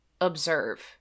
observe